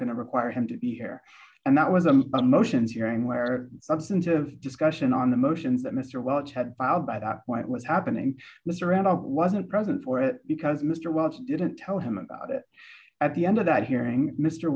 going to require him to be here and that was a motions hearing where substantive discussion on the motion that mr welch had filed by that point was happening later and i wasn't present for it because mr wells didn't tell him about it at the end of that hearing mr